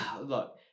look